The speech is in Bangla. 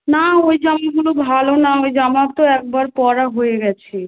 না ওই জামাগুলো ভালো না ওই জামা তো একবার পরা হয়ে গেছে